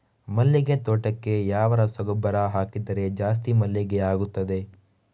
ಮಲ್ಲಿಗೆ ತೋಟಕ್ಕೆ ಯಾವ ರಸಗೊಬ್ಬರ ಹಾಕಿದರೆ ಜಾಸ್ತಿ ಮಲ್ಲಿಗೆ ಆಗುತ್ತದೆ?